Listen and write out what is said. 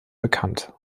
bekannt